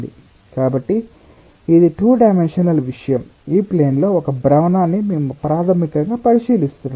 కాబట్టి ఇది 2 డైమెన్షనల్ విషయం ఈ ప్లేన్ లో ఒక భ్రమణాన్ని మేము ప్రాథమికంగా పరిశీలిస్తున్నాము